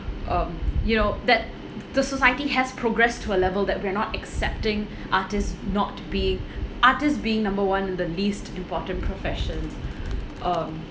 um you know that the society has progressed to a level that we are not accepting artists not being artists being number one on the least important profession um